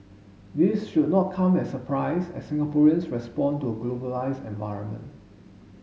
this should not come as surprise as Singaporeans respond to a globalised environment